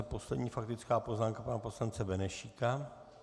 Poslední faktická poznámka pana poslance Benešíka.